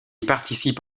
participe